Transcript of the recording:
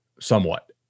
somewhat